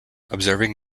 observing